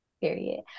Period